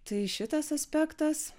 tai šitas aspektas